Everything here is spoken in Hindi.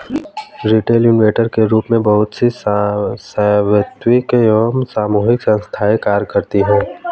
रिटेल इन्वेस्टर के रूप में बहुत सी वैयक्तिक एवं सामूहिक संस्थाएं कार्य करती हैं